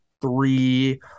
three